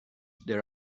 that